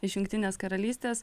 iš jungtinės karalystės